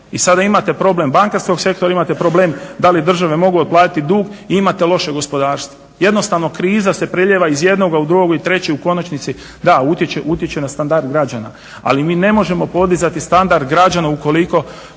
I sada imate problem bankarskog sektora, imate problem da li je država mogla otplatiti dug i imate loše gospodarstvo. Jednostavno kriza se prelijeva iz jednoga u drugog i treći, u konačnici da, utječe na standard građana. Ali mi ne možemo podizati standard građana ukoliko